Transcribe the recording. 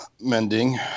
mending